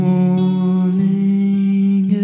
Morning